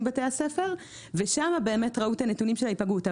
מבתי הספר ושם באמת ראו את הנתונים של ההיפגעות.